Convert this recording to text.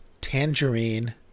Tangerine